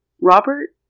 Robert